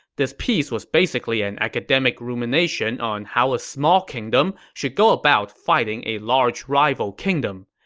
this piece was basically an academic rumination on how a small kingdom should go about fighting a large rival kingdom.